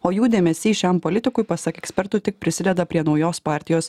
o jų dėmesys šiam politikui pasak ekspertų tik prisideda prie naujos partijos